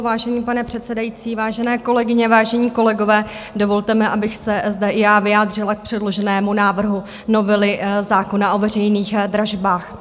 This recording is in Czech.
Vážený pane předsedající, vážené kolegyně, vážení kolegové, dovolte mi, abych se zde i já vyjádřila k předloženému návrhu novely zákona o veřejných dražbách.